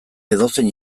edozein